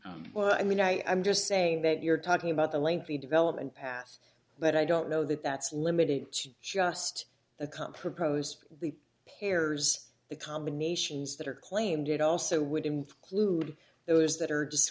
question well i mean i i'm just saying that you're talking about the lengthy develop and pass but i don't know that that's limited to just a cup proposed the pairs the combinations that are claimed it also would include those that are